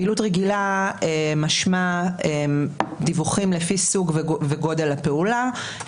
פעילות רגילה משמע דיווחים לפי סוג וגודל הפעולה,